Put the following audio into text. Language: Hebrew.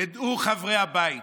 ידעו חברי הבית